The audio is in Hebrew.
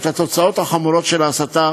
את התוצאות החמורות של ההסתה